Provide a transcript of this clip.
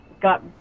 got